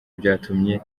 byatumye